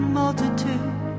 multitude